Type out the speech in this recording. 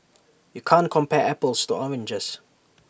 you can't compare apples to oranges